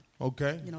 Okay